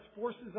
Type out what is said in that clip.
forces